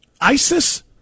ISIS